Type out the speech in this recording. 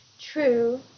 True